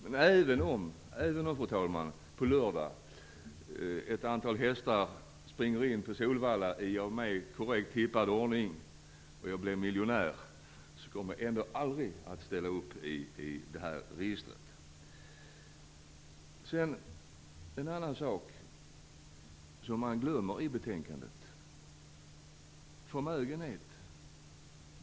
Men, fru talman, även om ett antal hästar springer in på Solvalla i av mig korrekt tippad ordning på lördag, och jag blir miljonär, kommer jag aldrig att ställa upp och registrera mig i det här registret. En sak som man glömmer i betänkandet är förmögenhet.